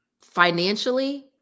financially